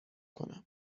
کنم